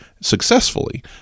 successfully